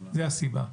זו הסיבה.